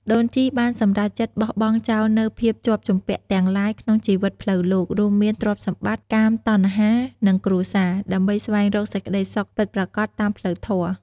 ដូនជីបានសម្រេចចិត្តបោះបង់ចោលនូវភាពជាប់ជំពាក់ទាំងឡាយក្នុងជីវិតផ្លូវលោក រួមមានទ្រព្យសម្បត្តិ កាមតណ្ហា និងគ្រួសារ ដើម្បីស្វែងរកសេចក្តីសុខពិតប្រាកដតាមផ្លូវធម៌។